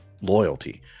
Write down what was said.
loyalty